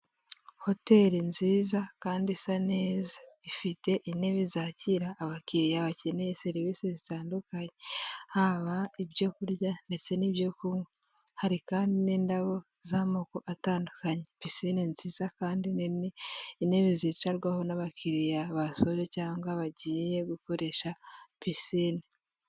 Hoteli nziza kandi isa neza, ifite intebe zakira abakiriya bakeneye serivisi zitandukanye, haba ibyo kurya ndetse n'ibyo kunywa, hari kandi n'indabo z'amoko atandukanye, pisine nziza kandi n'intebe zicarwaho n'abakiriya basoje cyangwa bagiye gukoresha pisine.